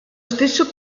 stesso